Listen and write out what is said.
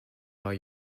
while